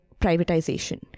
privatization